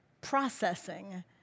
processing